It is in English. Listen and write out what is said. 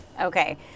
Okay